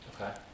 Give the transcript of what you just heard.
Okay